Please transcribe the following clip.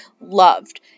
loved